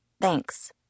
Thanks